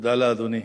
תודה לאדוני.